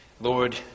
Lord